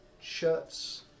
shirts